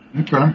Okay